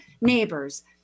neighbors